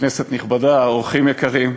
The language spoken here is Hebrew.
כנסת נכבדה, אורחים יקרים,